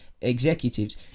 executives